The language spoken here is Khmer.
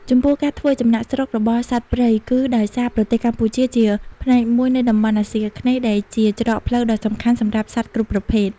ចំពោះ ការធ្វើចំណាកស្រុករបស់សត្វព្រៃ គឺដោយសារប្រទេសកម្ពុជាជាផ្នែកមួយនៃតំបន់អាស៊ីអាគ្នេយ៍ ដែលជាច្រកផ្លូវដ៏សំខាន់សម្រាប់សត្វគ្រប់ប្រភេទ។